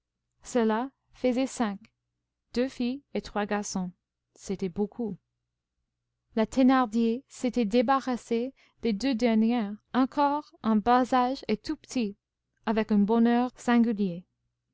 cela faisait cinq deux filles et trois garçons c'était beaucoup la thénardier s'était débarrassée des deux derniers encore en bas âge et tout petits avec un bonheur singulier